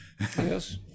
Yes